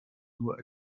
nur